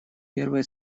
первая